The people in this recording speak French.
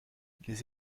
les